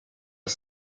are